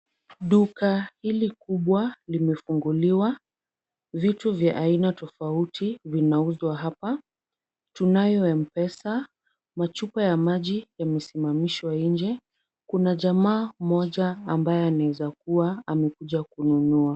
Duka hili kubwa limefunguliwa. Vitu vya aina tofauti vinauzwa hapa. Tunayo M-Pesa. Machupa ya maji yamesimamishwa nje. Kuna jamaa mmoja ambaye anaeza kuwa amekuja kununua.